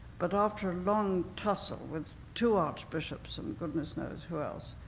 but after a long tussle with two archbishops and goodness knows who else,